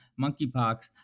monkeypox